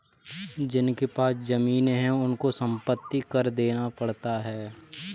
जिनके पास जमीने हैं उनको संपत्ति कर देना पड़ता है